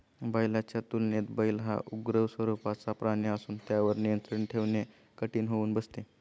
बैलाच्या तुलनेत बैल हा उग्र स्वरूपाचा प्राणी असून त्यावर नियंत्रण ठेवणे कठीण होऊन बसते